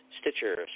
Stitcher